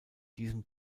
diesem